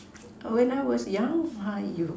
oh when I was young !haiyo!